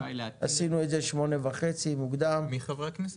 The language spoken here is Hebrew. עשינו את הדיון ב-8:30 מוקדם בבוקר.